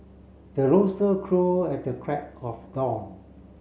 the rooster crow at the crack of dawn